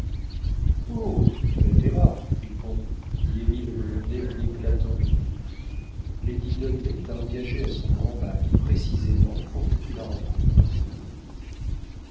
tu la verras fripon dit émile blondet en éclatant de rire lady dudley t'a engagé à son grand bal précisément pour que tu la rencontres